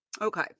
Okay